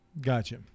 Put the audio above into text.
gotcha